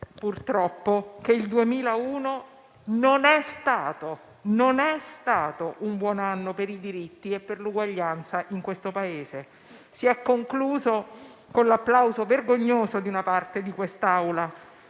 purtroppo, che il 2021 non è stato un buon anno per i diritti e per l'uguaglianza in questo Paese. Si è concluso con l'applauso vergognoso di una parte di questa